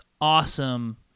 awesome